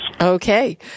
Okay